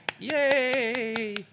Yay